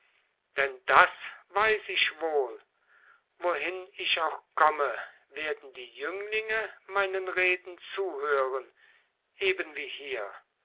denn das weiß ich wohl wohin ich auch komme werden die jünglinge meinen reden zuhören eben wie hier